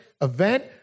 event